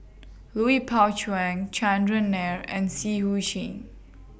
Lui Pao Chuen Chandran Nair and Seah EU Chin